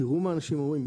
תראו מה האנשים אומרים.